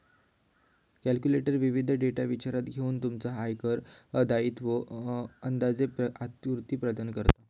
calculator विविध data विचारात घेऊन तुमच्या आयकर दायित्वाचो अंदाजे आकृती प्रदान करता